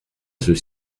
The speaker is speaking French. ceux